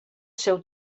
seu